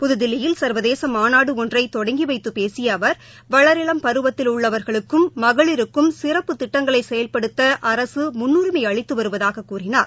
புதுதில்லியில் சர்வதேசமாநாடுஒன்றைதொடாங்கிவைத்துபேசியஅவர் வளரினம் பருவத்திலுள்ளஉள்ளவர்களுக்கும் மகளிருக்கும் சிறப்பு திட்டங்களைசெயல்படுத்தஅரசுமுன்னுரிமைஅளித்துவருவதாககூறினார்